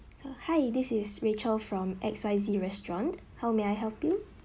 uh hi this is rachel from X Y Z restaurant how may I help you